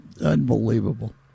Unbelievable